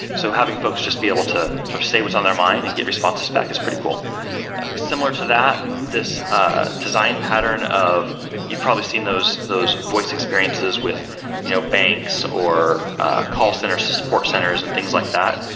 so having folks just be able to say what's on their mind and get responses back is pretty cool similar to that, this ah design pattern of you've probably seen those those voice experiences with you know banks, or call centers to support centers and things like that,